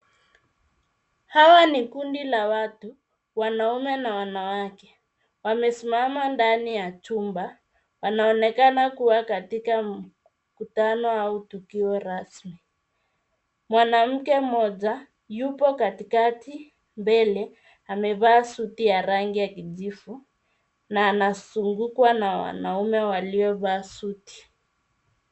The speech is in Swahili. Hawa ni kundi la watu, wanaume na wanawake. Wamesimama ndani ya chumba, wanaonekana kuwa katika mkutano au tukio rasmi. Mwanamke mmoja yupo katikati mbele, amevaa suti ya rangi ya kijivu na anazungukwa na wanaume waliovaa suti.